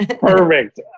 Perfect